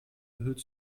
erhöht